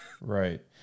Right